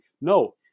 no